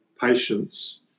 patients